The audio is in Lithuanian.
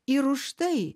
ir už tai